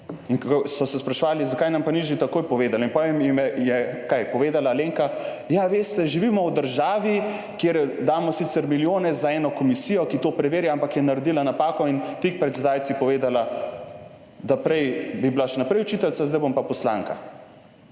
ko so se spraševali, zakaj nam pa ni že takoj povedala, in pol jim je, kaj, povedala Alenka, ja, veste, živimo v državi, kjer damo sicer milijone za eno komisijo, ki to preverja, ampak je naredila napako in tik pred zdajci povedala, da prej bi bila še naprej učiteljica, zdaj bom pa poslanka.